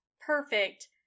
Perfect